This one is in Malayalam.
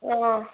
അതെ